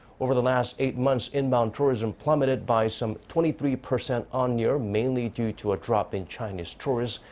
over the last eight months, inbound tourism plummeted by some twenty three percent on-year, mainly due to a drop in chinese tourists.